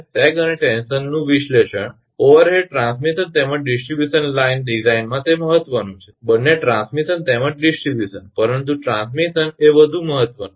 sag અને tension નું વિશ્લેષણ ઓવરહેડ ટ્રાન્સમિશન તેમજ ડિસ્ટ્રિબ્યુશન લાઇન ડિઝાઇનમાં તે મહત્વનું છે બંને ટ્રાન્સમિશન તેમજ ડિસ્ટ્રિબ્યુશન પરંતુ ટ્રાન્સમિશન એ વધુ મહત્વનું છે